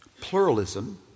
pluralism